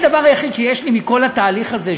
הדבר היחיד שיש לי מכל התהליך הזה,